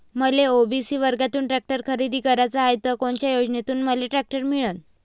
मले ओ.बी.सी वर्गातून टॅक्टर खरेदी कराचा हाये त कोनच्या योजनेतून मले टॅक्टर मिळन?